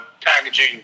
packaging